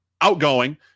outgoing